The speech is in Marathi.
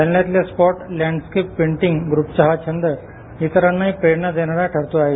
जालन्यातल्या स्पॉट लँडस्कॅप पेंटिंग ग्रूपचा हा छंद इतरांनाही प्रेरणा देणारा ठरतो आहे